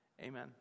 Amen